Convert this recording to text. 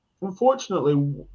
unfortunately